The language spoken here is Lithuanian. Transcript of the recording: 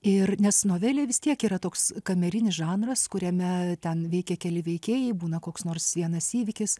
ir nes novelė vis tiek yra toks kamerinis žanras kuriame ten veikia keli veikėjai būna koks nors vienas įvykis